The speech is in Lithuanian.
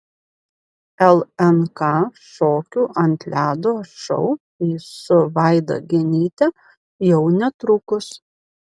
lnk šokių ant ledo šou su vaida genyte jau netrukus